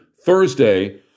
Thursday